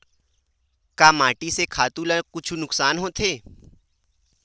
का माटी से खातु ला कुछु नुकसान होथे?